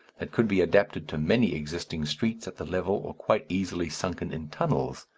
that could be adapted to many existing streets at the level or quite easily sunken in tunnels,